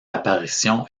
apparition